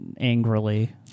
angrily